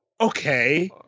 okay